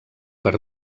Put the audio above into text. per